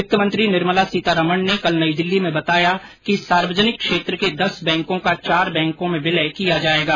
वित्तमंत्री निर्मला सीतारामन ने कल नई दिल्ली में बताया कि सार्वजनिक क्षेत्र के दस बैंकों का चार बैंकों में विलय किया जाएगा